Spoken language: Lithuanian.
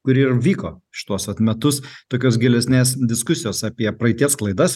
kuri ir vyko šituos vat metus tokios gilesnės diskusijos apie praeities klaidas